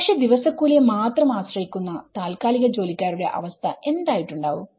പക്ഷെ ദിവസക്കൂലി യെ മാത്രം ആശ്രയിക്കുന്ന താൽക്കാലിക ജോലിക്കാരുടെ അവസ്ഥ എന്തായിട്ടുണ്ടാവും